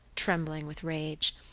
trembling with rage.